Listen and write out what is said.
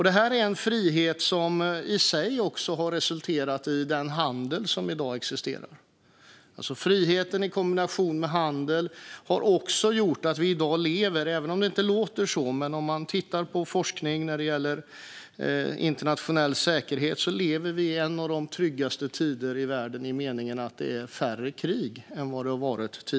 Det här är en frihet som i sig också har resulterat i den handel som i dag existerar. Friheten i kombination med handel har också gjort att vi i dag - även om det inte låter så - lever i en av de tryggaste tiderna i världen i den meningen att det är färre krig än det har varit tidigare. Det visar forskning när det gäller internationell säkerhet.